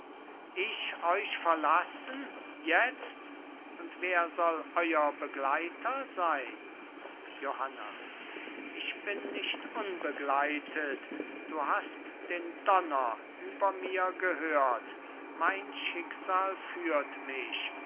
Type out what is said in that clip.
ich euch verlassen jetzt und wer soll euer begleiter sein johanna ich bin nicht unbegleitet du hast den donner über mir gehört mein schicksal führt mich